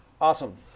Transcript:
Awesome